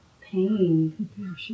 pain